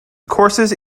courses